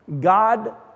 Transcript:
God